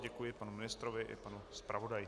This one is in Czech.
Děkuji panu ministrovi i panu zpravodaji.